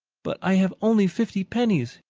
but i have only fifty pennies.